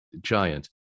Giant